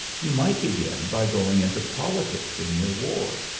you might begin by going into politics in your ward.